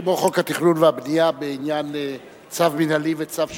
כמו חוק התכנון והבנייה בעניין צו מינהלי וצו שיפוטי?